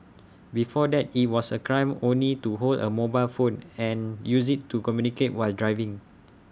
before that IT was A crime only to hold A mobile phone and use IT to communicate while driving